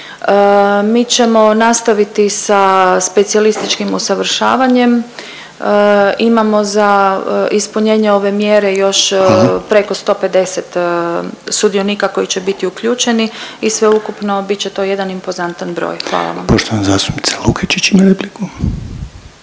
Mi ćemo nastaviti sa specijalističkim usavršavanjem. Imamo za ispunjenje ove mjere još … …/Upadica Željko Reiner: Hvala./… … preko 150 sudionika koji će biti uključeni i sveukupno bit će to jedan impozantan broj. Hvala vam.